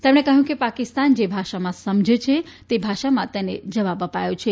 તેમણે કહ્યું કે પાકિસ્તાન જે ભાષા સમજે છે તે ભાષામાં તેને જવાબ અપાયો છે